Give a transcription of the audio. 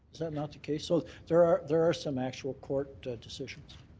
is that not case? so there are there are some actual court decisions.